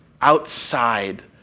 outside